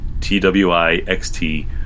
T-W-I-X-T